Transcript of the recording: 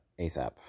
asap